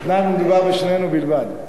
בתנאי שמדובר בשנינו בלבד.